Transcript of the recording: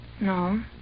No